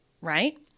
right